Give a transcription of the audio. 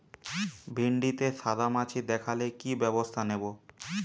ভিন্ডিতে সাদা মাছি দেখালে কি ব্যবস্থা নেবো?